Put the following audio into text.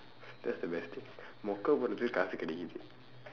that's the best thing மொக்கை போடுறத்துக்கு காசு கிடைக்குது:mokkai pooduraththukku kaasu kidaikkuthu